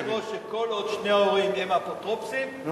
אמר היושב-ראש שכל עוד שני ההורים הם האפוטרופוסים הם לא יכולים,